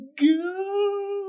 go